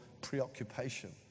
preoccupation